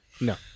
No